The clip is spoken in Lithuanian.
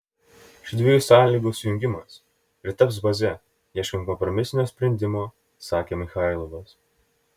šių dviejų sąlygų sujungimas ir taps baze ieškant kompromisinio sprendimo sakė michailovas